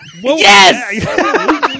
Yes